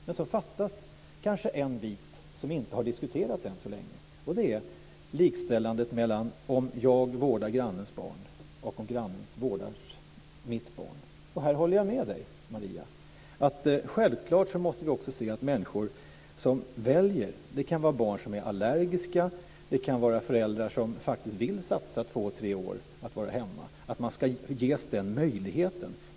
Men så fattas kanske en bit som inte har diskuterats än så länge. Det är likställandet mellan "om jag vårdar grannens barn" och "om grannen vårdar mitt barn". Här håller jag med Maria Larsson, att vi självklart måste se till att människor som väljer annat - det kan vara barn som är allergiska, föräldrar som faktiskt vill satsa två tre år på att vara hemma - ska ges den möjligheten.